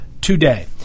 today